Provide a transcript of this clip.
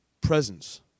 presence